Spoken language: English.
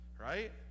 right